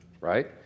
right